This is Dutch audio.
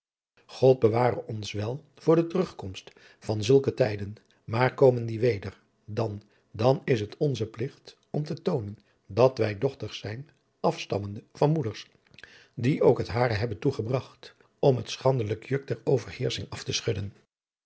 god beware ons wel voor de terugkomst van zulke tijden maar komen die weadriaan loosjes pzn het leven van hillegonda buisman der dan dan is het onze pligt om te toonen dat wij dochters zijn afstammende van moeders die ook het hare hebben toegebragt om het schandelijk juk der overheersching af te schudden